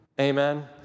Amen